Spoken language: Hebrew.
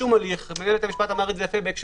בשום הליך בית המשפט אמר את זה יפה בהקשר